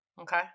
okay